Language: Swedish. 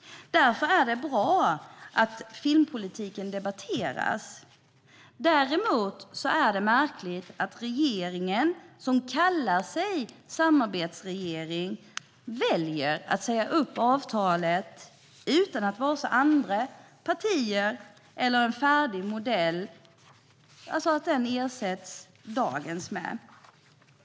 Därför är det bra att filmpolitiken debatteras. Däremot är de märkligt att regeringen, som kallar sig samarbetsregering, väljer att säga upp avtalet utan att man har vare sig kontaktat andra partier eller har en färdig modell att ersätta dagens med.